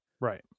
right